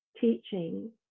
teaching